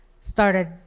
started